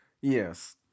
Yes